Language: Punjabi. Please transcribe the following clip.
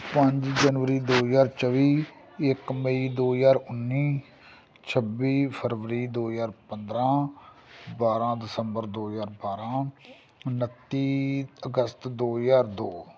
ਪੰਜ ਜਨਵਰੀ ਦੋ ਹਜ਼ਾਰ ਚੌਵੀ ਇੱਕ ਮਈ ਹਜ਼ਾਰ ਉੱਨੀ ਛੱਬੀ ਫਰਵਰੀ ਦੋ ਹਜ਼ਾਰ ਪੰਦਰਾਂ ਬਾਰਾਂ ਦਸੰਬਰ ਦੋ ਹਜ਼ਾਰ ਬਾਰਾਂ ਉਨੱਤੀ ਅਗਸਤ ਦੋ ਹਜ਼ਾਰ ਦੋ